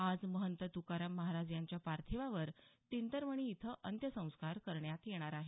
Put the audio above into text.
आज महंत तुकाराम महाराज यांच्या पार्थिवावर तिंतरवणी इथं अंत्यसंस्कार करण्यात येणार आहेत